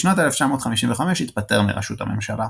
בשנת 1955 התפטר מראשות הממשלה.